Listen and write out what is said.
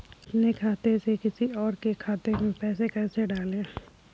अपने खाते से किसी और के खाते में पैसे कैसे डालें?